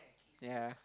ya